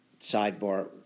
Sidebar